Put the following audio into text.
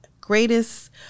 greatest